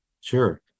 Sure